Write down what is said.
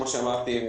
כמו שאמרתי,